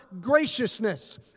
graciousness